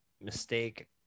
mistake